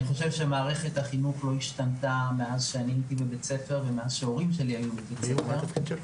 מערכת החינוך לא השתנתה מאז שאני וההורים שלי היינו בבית ספר.